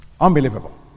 Unbelievable